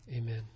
amen